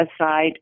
aside